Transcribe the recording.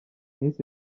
miss